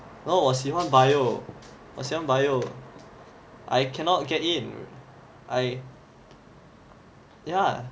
oh 我喜欢 bio 我喜欢 bio I cannot get in I ya